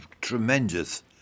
tremendous